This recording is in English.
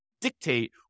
dictate